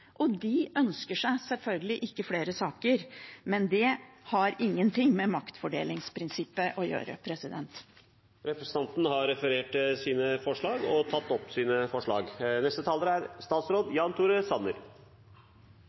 og de ønsker seg selvfølgelig ikke flere saker, men det har ingenting med maktfordelingsprinsippet å gjøre. Representanten Karin Andersen har tatt opp de forslagene hun refererte til. Norske myndigheter er